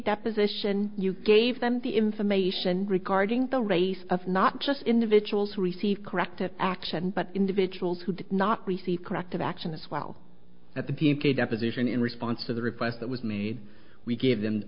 deposition you gave them the information regarding the race of not just individuals who receive corrective action but individuals who did not receive corrective action as well at the p m k deposition in response to the request that was made we give them